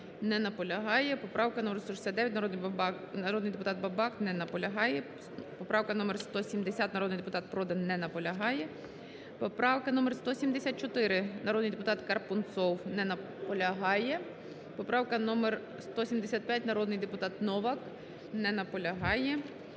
Не наполягає. Поправка номер 169, народний депутат Бабак. Не наполягає. Поправка номер 170, народний депутат Продан. Не наполягає. Поправка номер 174, народний депутат Карпунцов. Не наполягає. Поправка номер 175, народний депутат. Не наполягає.